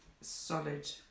solid